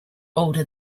older